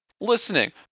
listening